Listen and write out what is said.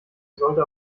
sollte